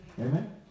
Amen